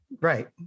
Right